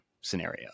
scenario